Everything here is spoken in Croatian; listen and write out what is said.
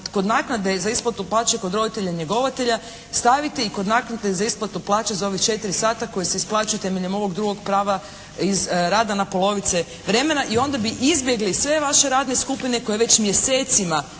kod naknade za isplatu plaće kod roditelja njegovatelja stavite i kod naknade za isplatu plaće za ovih 4 sata koji se isplaćuju temeljem ovog drugog prava iz rada na polovice vremena. I onda bi izbjegli sve vaše radne skupine koje već mjesecima